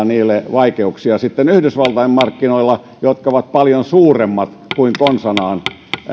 niille vaikeuksia yhdysvaltain markkinoilla jotka ovat paljon suuremmat kuin konsanaan